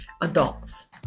adults